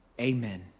Amen